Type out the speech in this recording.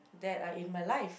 that are in my life